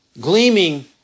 gleaming